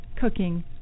Cooking